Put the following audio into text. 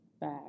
back